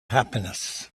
happiness